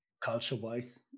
culture-wise